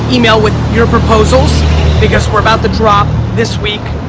email with your proposals because we're about to drop, this week,